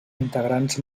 integrants